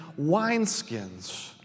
wineskins